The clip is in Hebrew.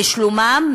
משלומם,